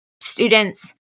students